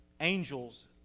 angels